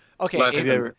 Okay